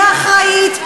היא האחראית,